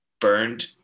burned